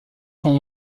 sont